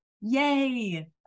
yay